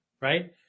right